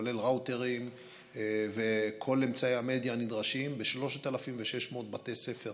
כולל ראוטרים וכל אמצעי המדיה הנדרשים ב-3,600 בתי ספר